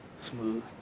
smooth